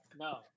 No